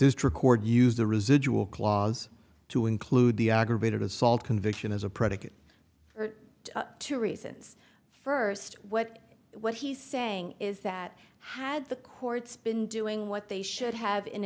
district court used the residual clause to include the aggravated assault conviction as a predicate for two reasons first what what he's saying is that had the courts been doing what they should have